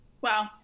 Wow